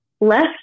less